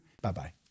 Bye-bye